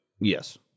Yes